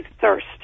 thirst